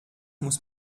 muss